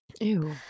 ew